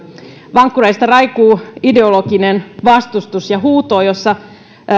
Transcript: vankkureista raikuu ideologinen vastustus ja huuto jossa